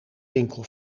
winkel